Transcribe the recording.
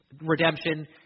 redemption